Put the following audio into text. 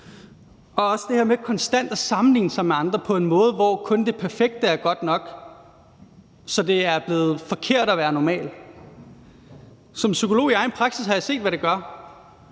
gør det her med konstant at sammenligne sig med andre på en måde, hvor kun det perfekte er godt nok, så det er blevet forkert at være normal? Som psykolog i egen praksis har jeg set, hvad det gør.